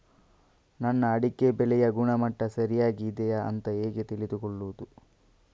ನನ್ನ ಅಡಿಕೆ ಬೆಳೆಯ ಗುಣಮಟ್ಟ ಸರಿಯಾಗಿ ಇದೆಯಾ ಅಂತ ಹೇಗೆ ತಿಳಿದುಕೊಳ್ಳುವುದು?